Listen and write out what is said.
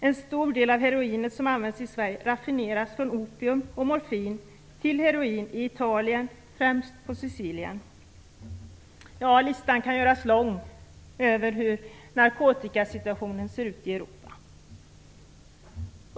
En stor del av heroinet som används i Sverige raffineras från opium och morfin till heroin i Italien, främst på Sicilien. Listan kan göras lång över hur narkotikasituationen ser ut i Europa.